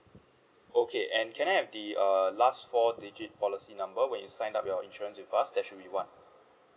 okay and can I have the uh the last four digit policy number when you sign up your insurance with us there should be one